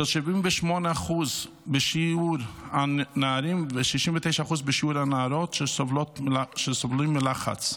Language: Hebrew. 78% בשיעור הנערים ו-69% בשיעור הנערות שסובלים מלחץ.